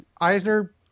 Eisner